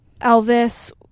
Elvis